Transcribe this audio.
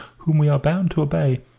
whom we are bound to obey.